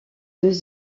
deux